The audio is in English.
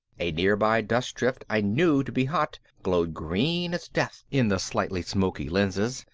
a nearby dust drift i knew to be hot glowed green as death in the slightly smoky lenses.